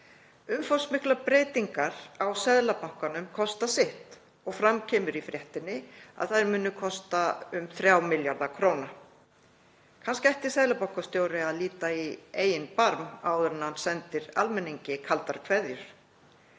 Umfangsmiklar breytingar á Seðlabankanum kosta sitt og fram kemur í fréttinni að þær muni kosta um 3 milljarða kr. Kannski ætti seðlabankastjóri að líta í eigin barm áður en hann sendir almenningi kaldar kveðjur.